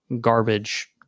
garbage